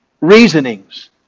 Reasonings